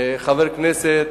חבר הכנסת